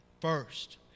First